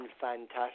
fantastic